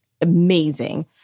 amazing